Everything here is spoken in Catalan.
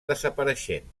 desapareixent